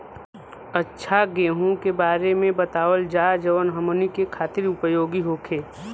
अच्छा गेहूँ के बारे में बतावल जाजवन हमनी ख़ातिर उपयोगी होखे?